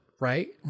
right